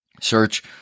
search